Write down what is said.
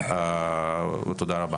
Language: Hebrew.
תודה רבה.